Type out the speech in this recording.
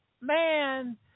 man